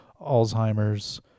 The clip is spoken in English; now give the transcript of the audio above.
Alzheimer's